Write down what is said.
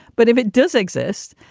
but if it does exist,